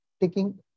taking